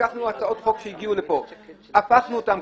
לקחנו הצעות חוק שהגיעו לפה והפכנו אותן.